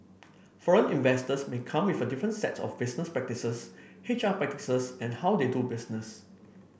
foreign investors may come with a different set of business practices H R practices and how they do business